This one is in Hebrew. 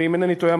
ואם אינני טועה,